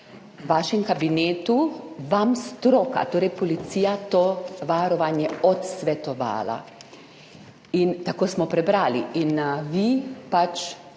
v vašem kabinetu stroka, torej policija, to varovanje odsvetovala. Tako smo prebrali. Vi ste pač